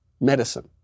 medicine